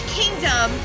kingdom